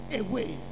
away